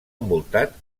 envoltat